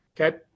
Okay